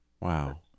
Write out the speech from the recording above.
Wow